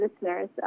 listeners